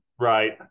Right